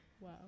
Wow